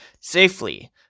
safely